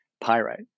pyrite